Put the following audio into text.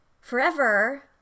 forever